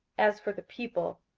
as for the people,